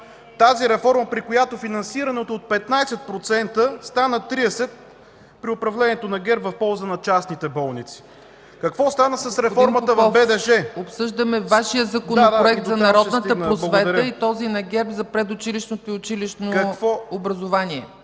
Тази реформа, при която финансирането от 15% стана 30 при управлението на ГЕРБ в полза на частните болници. Какво стана с реформата в БДЖ? ПРЕДСЕДАТЕЛ ЦЕЦКА ЦАЧЕВА: Господин Попов, обсъждаме Вашия Законопроект за народната просвета и този на ГЕРБ за предучилищното и училищното образование.